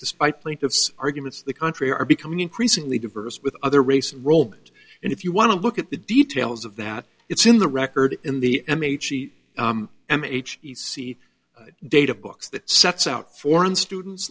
despite plaintiff's arguments the country are becoming increasingly diverse with other race role and if you want to look at the details of that it's in the record in the m h e m h c data books that sets out foreign students